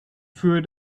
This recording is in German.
für